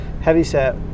heavyset